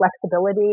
flexibility